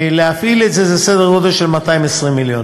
להפעיל את זה, זה סדר גודל של 220 מיליון.